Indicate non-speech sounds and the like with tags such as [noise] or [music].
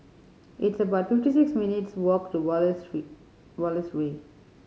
it's about fifty six minutes' walk to Wallace [unintelligible] Wallace Way